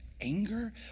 anger